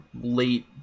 late